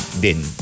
din